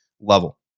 level